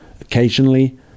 Occasionally